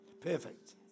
Perfect